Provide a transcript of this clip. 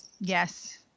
Yes